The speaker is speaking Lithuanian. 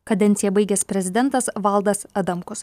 kadenciją baigęs prezidentas valdas adamkus